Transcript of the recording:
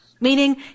Meaning